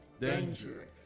danger